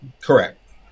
correct